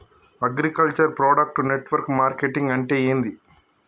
Agriculture product network marketing అంటే ఏంది?